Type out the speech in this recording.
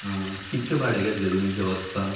कितकें भाडें घेता थंय वसपाक